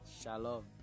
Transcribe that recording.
Shalom